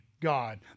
God